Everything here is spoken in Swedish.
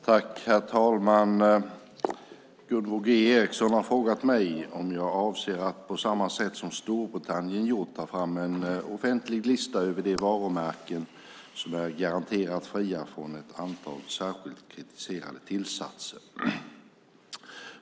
Herr talman! Gunvor G Ericson har frågat mig om jag avser att på samma sätt som Storbritannien gjort ta fram en offentlig lista över de varumärken som är garanterat fria från ett antal särskilt kritiserade tillsatser.